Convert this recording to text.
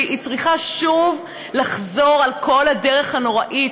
היא צריכה שוב לחזור על כל הדרך הנוראית,